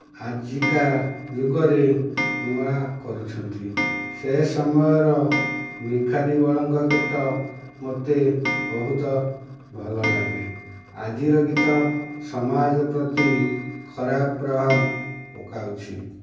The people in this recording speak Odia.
ଆଜିକା ଯୁଗରେ ନୂଆ କରୁଛନ୍ତି ସେ ସମୟର ଭିକାରି ବଳଙ୍କ ଗୀତ ମୋତେ ବହୁତ ଭଲ ଲାଗେ ଆଜିକା ଗୀତ ସମାଜ ପ୍ରତି ଖରାପ ପ୍ରଭାବ ପକାଉଛି